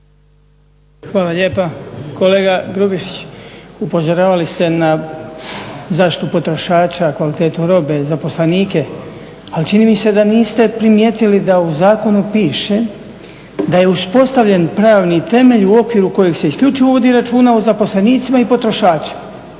Hvala lijepa. Kolega Grubišić, upozoravali ste na zaštitu potrošača, kvalitetu robe, zaposlenike ali čini mi se da niste primijeti da u zakonu piše da je uspostavljen pravni temelj u okviru kojeg se isključivo računa o zaposlenicima i potrošačima.